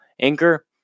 Anchor